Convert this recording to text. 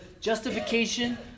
justification